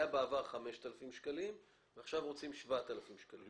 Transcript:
היה בעבר 5,000 שקלים ועכשיו רוצים 7,000 שקלים.